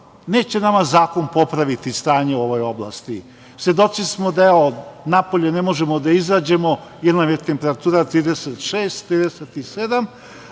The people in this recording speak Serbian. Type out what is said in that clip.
neće nama zakon popraviti stanje u ovoj oblasti. Svedoci smo da, evo, napolje ne možemo da izađemo, jer nam je temperatura 36 – 37